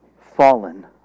fallen